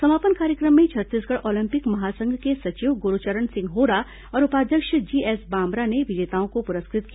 समापन कार्यक्रम में छत्तीसगढ़ ओलपिंक महासंघ के सचिव गुरूचरण सिंह होरा और उपाध्यक्ष जीएस बांबरा ने विजेताओं को पुरस्कृत किया